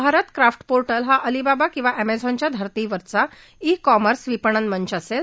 Bharat craft portal हा Alibaba किंवा एमेझानच्या धर्तीवरचा ई कॉमर्स विपणन मंच असेल